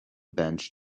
bench